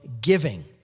giving